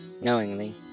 knowingly